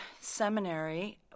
seminary